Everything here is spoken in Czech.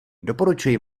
doporučuji